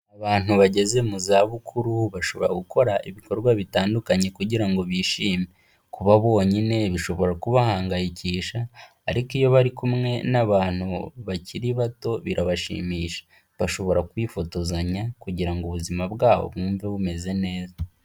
Abantu bageze mu zabukuru, bashobora gukora ibikorwa bitandukanye kugira ngo bishime. Kuba bonyine bishobora kubahangayikisha, ariko iyo bari kumwe n'abantu bakiri bato birabashimisha. Bashobora kwifotozanya kugira ngo ubuzima bwabo bumve bumeze neza.